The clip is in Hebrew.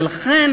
ולכן,